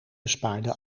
bespaarde